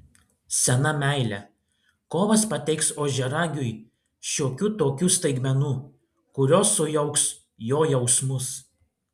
sena meilė kovas pateiks ožiaragiui šiokių tokių staigmenų kurios sujauks jo jausmus